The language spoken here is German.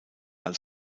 als